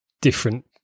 different